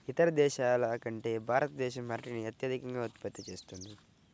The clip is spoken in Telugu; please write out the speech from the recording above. ఇతర దేశాల కంటే భారతదేశం అరటిని అత్యధికంగా ఉత్పత్తి చేస్తుంది